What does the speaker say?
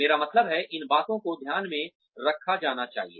मेरा मतलब है इन बातों को ध्यान में रखा जाना चाहिए